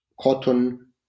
cotton